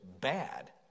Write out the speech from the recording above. bad